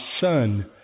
son